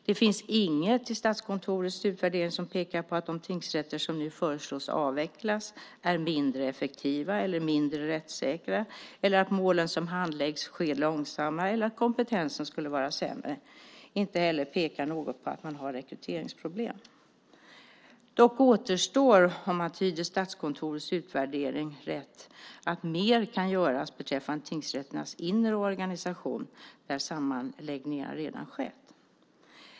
Det finns inget i Statskontorets utvärdering som pekar på att de tingsrätter som nu föreslås avvecklas skulle vara mindre effektiva eller mindre rättssäkra, att målen skulle handläggas långsammare eller att kompetensen skulle vara sämre. Inte heller pekar något på att man skulle ha rekryteringsproblem. Dock återstår, om man tyder Statskontorets utvärdering rätt, att mer kan göras beträffande tingsrätternas inre organisation, där sammanläggningar redan skett.